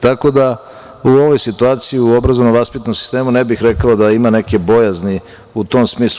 Tako u ovoj situaciji u obrazovno vaspitnom sistemu ne bih rekao da ima nekih bojazni u tom smislu.